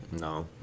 No